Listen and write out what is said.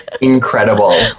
Incredible